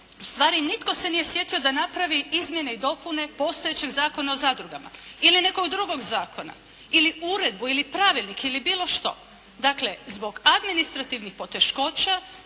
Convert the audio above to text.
u stvari nitko se nije sjetio da napravi izmjene i dopune postojećeg Zakona o zadrugama ili nekog drugog zakona ili uredbu ili pravilnik ili bilo što. Dakle, zbog administrativnih poteškoća